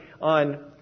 on